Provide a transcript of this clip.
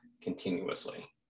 continuously